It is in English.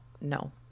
no